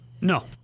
No